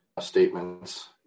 Statements